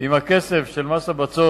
אם הכסף של מס הבצורת